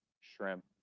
shrimp